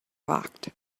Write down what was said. locked